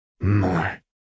More